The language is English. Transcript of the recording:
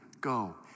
go